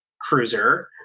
cruiser